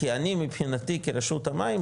כי אני מבחינתי כרשות המים,